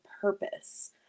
Purpose